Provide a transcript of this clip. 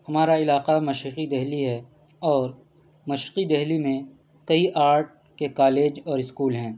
ہمارا علاقہ مشرقی دہلی ہے اور مشرقی دہلی میں کئی آرٹ کے کالج اور اسکول ہیں